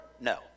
No